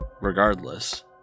regardless